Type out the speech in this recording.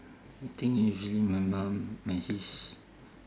I think usually my mum my sis